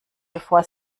bevor